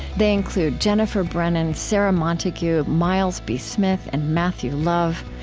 they include jennifer brennan, sarah montague, miles b. smith, and matthew love.